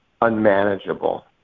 unmanageable